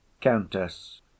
Countess